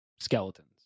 skeletons